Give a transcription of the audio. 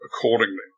accordingly